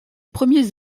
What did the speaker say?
premiers